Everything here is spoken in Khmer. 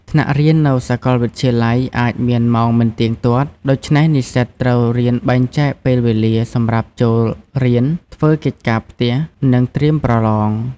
ថ្នាក់រៀននៅសាកលវិទ្យាល័យអាចមានម៉ោងមិនទៀងទាត់ ដូច្នេះនិស្សិតត្រូវរៀនបែងចែកពេលវេលាសម្រាប់ចូលរៀន ធ្វើកិច្ចការផ្ទះ និងត្រៀមប្រឡង។